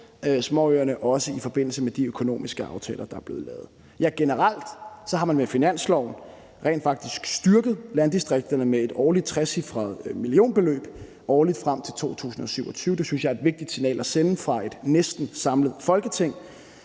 småøerne, også i forbindelse med de økonomiske aftaler, der er blevet lavet. Mere generelt har man med finansloven rent faktisk styrket landdistrikterne med et årligt trecifret millionbeløb frem til 2027. Det synes jeg er et vigtigt signal at sende fra et næsten samlet Folketing.